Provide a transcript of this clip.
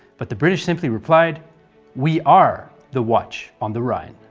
but the british simply replied we are the watch on the rhine.